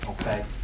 Okay